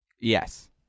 Yes